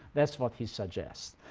that's what he suggests.